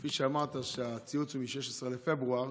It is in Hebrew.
כפי שאמרת, הציוץ הוא מ-16 בפברואר